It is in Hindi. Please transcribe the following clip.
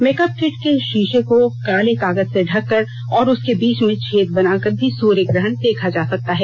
मेकअप किट के शीशे को काले कागज से ढककर और उसके बीच में छेद बनाकर भी सूर्य ग्रहण देखा जा सकता है